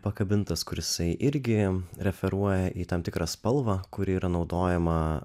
pakabintas kur jisai irgi referuoja į tam tikrą spalvą kuri yra naudojama